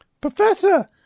Professor